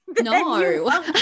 No